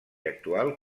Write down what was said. actual